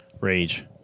rage